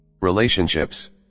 Relationships